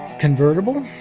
convertible,